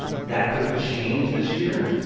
that could change this year,